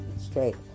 straight